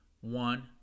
one